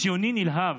ציוני נלהב